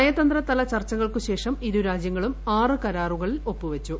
നയതന്ത്രതല ചർച്ചകൾക്കുശേഷം ഇരുരാജ്യങ്ങളും ആറ് കരാറുകളിൽ ഒപ്പുവച്ചു